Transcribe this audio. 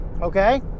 okay